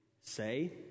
say